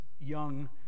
young